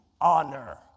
honor